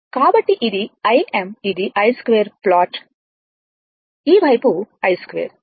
కాబట్టి ఇది Im ఇది i2 ప్లాట్ ఈ వైపు i2